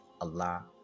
allah